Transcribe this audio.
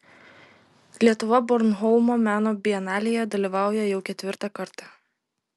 lietuva bornholmo meno bienalėje dalyvauja jau ketvirtą kartą